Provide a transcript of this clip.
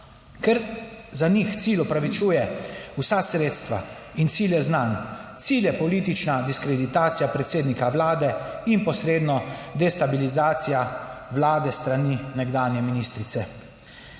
Ker za njih cilj opravičuje vsa sredstva in cilje znanj. Cilj je politična diskreditacija predsednika Vlade in posredno destabilizacija vlade s strani nekdanje ministrice.